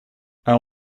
will